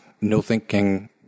no-thinking